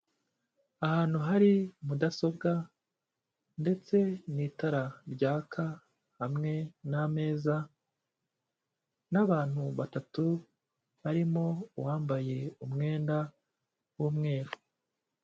Ahantu hari mudasobwa, ndetse n'itara ryaka, hamwe n'ameza n'abantu batatu, barimo uwambaye umwenda w'umweru.